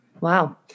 wow